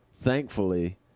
thankfully